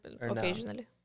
Occasionally